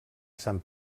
sant